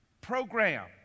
program